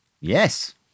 yes